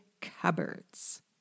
cupboards